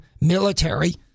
military